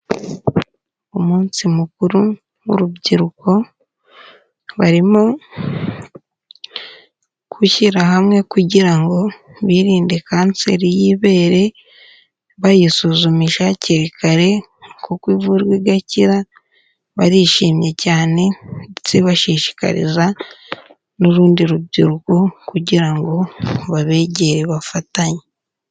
Umunsi mukuru w'urubyiruko barimo gushyira hamwe kugira ngo birinde kanseri y'ibere bayisuzumisha hakiri kare kuko ivurwa igakira barishimye cyane ndetse bashishikariza n'urundi rubyiruko kugira ngo babegere bafatanye.